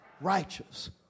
righteous